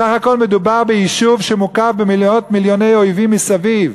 בסך הכול מדובר ביישוב שמוקף במאות מיליוני אויבים מסביב